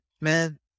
Man